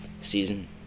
Season